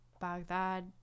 Baghdad